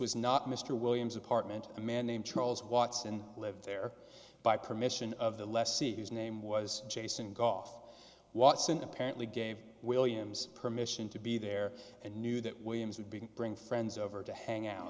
was not mr williams apartment a man named charles watson lived there by permission of the lessee his name was jason garth watson apparently gave williams permission to be there and knew that williams had been bring friends over to hang out